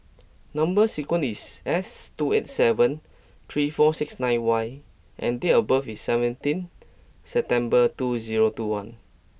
number sequence is S two eight seven three four six nine Y and date of birth is seventeen September two zero two one